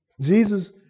Jesus